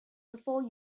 before